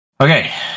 Okay